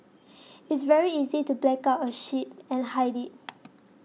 it's very easy to black out a ship and hide it